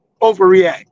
Overreact